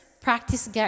Practice